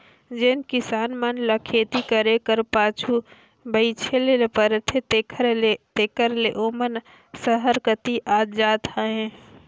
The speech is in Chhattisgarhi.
जेन किसान मन ल खेती करे कर पाछू बइठे ले परथे तेकर ले तेकर ले ओमन सहर कती आत जात अहें